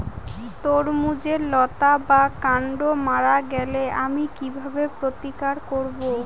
তরমুজের লতা বা কান্ড মারা গেলে আমি কীভাবে প্রতিকার করব?